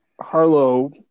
Harlow